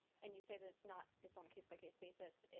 and you say that it's not it's on a case-by-case basis,